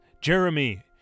Jeremy